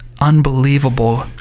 unbelievable